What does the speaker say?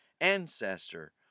ancestor